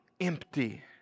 empty